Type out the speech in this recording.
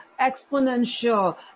exponential